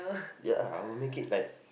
ya lah I will make it like